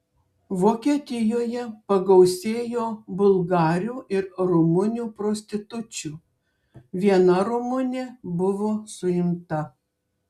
vokietijoje pagausėjo bulgarių ir rumunių prostitučių viena rumunė buvo suimta